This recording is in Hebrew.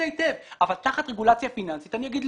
היטב אבל תחת רגולציה פיננסית אני אומר,